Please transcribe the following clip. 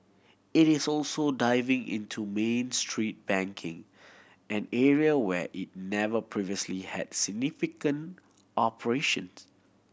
it is also diving into Main Street banking an area where it never previously had significant operations